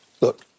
look